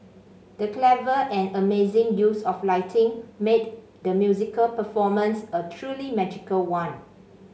the clever and amazing use of lighting made the musical performance a truly magical one